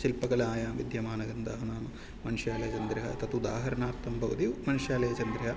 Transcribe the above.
शिल्पकलायां विद्यमानग्रन्थाः नाम मन्षालचन्द्रः तत् उदाहरणार्थं भवति मन्शालयचन्द्रः